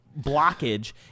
blockage